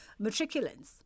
matriculants